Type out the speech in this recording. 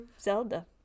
Zelda